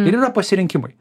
ir yra pasirinkimai